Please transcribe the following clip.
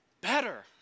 better